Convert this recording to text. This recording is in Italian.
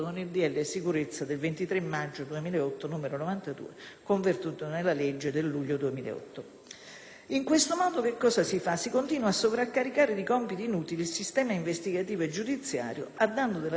In questo modo si continua a sovraccaricare di compiti inutili il sistema investigativo e giudiziario, a danno della sicurezza dei cittadini, mentre l'unica risposta seria all'immigrazione irregolare è costituita dall'espulsione.